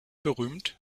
berühmt